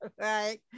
right